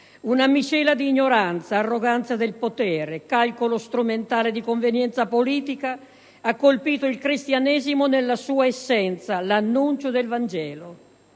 Una miscela di ignoranza, arroganza del potere, calcolo strumentale di convenienza politica, ha colpito il Cristianesimo nella sua essenza, l'annuncio del Vangelo,